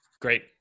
great